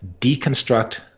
deconstruct